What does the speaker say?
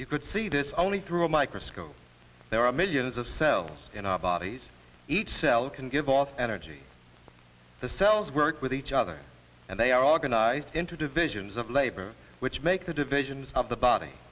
you could see this only through a microscope there are millions of cells in our bodies each cell can give off energy the cells work with each other and they are organized into divisions of labor which make the divisions of the body